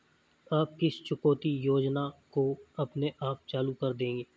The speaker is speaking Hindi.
आप किस चुकौती योजना को अपने आप चालू कर देंगे?